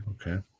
Okay